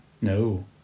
no